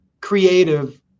creative